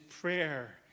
prayer